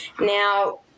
Now